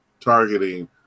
targeting